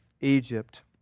Egypt